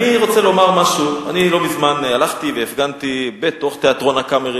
אני רוצה לומר משהו: לא מזמן הלכתי והפגנתי בתיאטרון "הקאמרי",